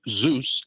Zeus